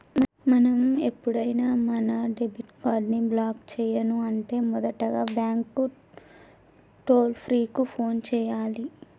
మనం ఎప్పుడైనా మన డెబిట్ కార్డ్ ని బ్లాక్ చేయను అంటే మొదటగా బ్యాంకు టోల్ ఫ్రీ కు ఫోన్ చేయాలి